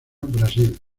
brasil